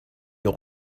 old